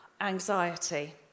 anxiety